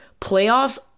Playoffs